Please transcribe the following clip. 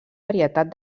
varietat